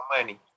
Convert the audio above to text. money